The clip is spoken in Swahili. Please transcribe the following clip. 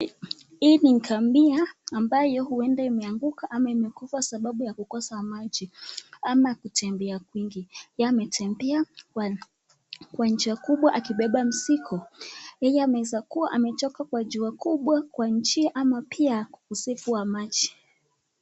Hii ni ngamia ambayo huenda imeanguka ama imekufa kwa sababu ya imekosa maji ama kutembea kwingi. Yeye ametembea kwa njia kubwa akibeba mzigo . Yeye anaweza kuwa amechoka kwa njia ama pia ukosefu wa maji.